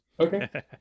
okay